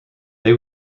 they